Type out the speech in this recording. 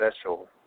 special